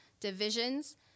divisions